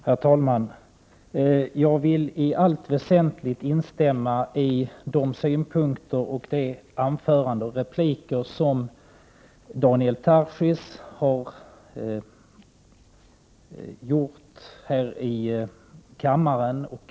Herr talman! Jag vill i allt väsentligt instämma i de synpunkter som Daniel Tarschys har fört fram i sitt huvudanförande och i repliker.